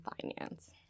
Finance